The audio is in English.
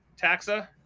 taxa